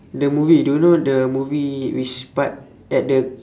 the movie do you know the movie which part at the